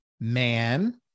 man